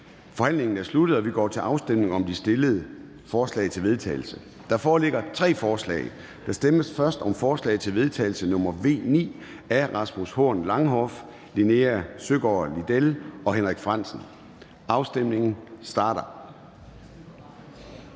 Forhandlingen er sluttet, og vi går til afstemning om de fremsatte forslag til vedtagelse. Der foreligger tre forslag. Der stemmes først om forslag til vedtagelse nr. V 9 af Rasmus Horn Langhoff (S), Linea Søgaard-Lidell (V) og Henrik Frandsen (M). Afstemningen starter.